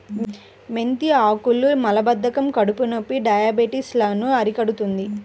మెంతి ఆకులు మలబద్ధకం, కడుపునొప్పి, డయాబెటిస్ లను అరికడుతుంది